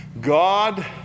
God